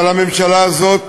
אבל הממשלה הזאת